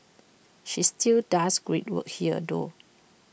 she still does great work here though